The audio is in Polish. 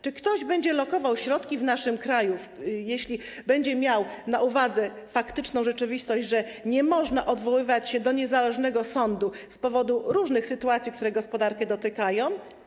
Czy ktoś będzie lokował środki w naszym kraju, jeśli będzie miał na uwadze faktyczną rzeczywistość, że nie można odwoływać się do niezależnego sądu z powodu różnych sytuacji, które gospodarkę dotykają?